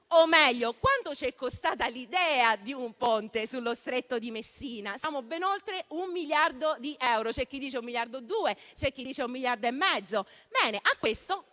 o meglio quanto ci è costata l'idea di un ponte sullo Stretto di Messina. Siamo ben oltre un miliardo di euro; c'è chi dice 1,2 miliardi e c'è chi dice 1,5 miliardi. Ebbene, a quest'oggi